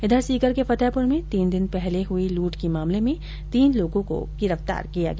इधर सीकर के फतेहपुर में तीन दिन पहले हुई लूट के मामले में तीन लोगों को गिरफ्तार किया गया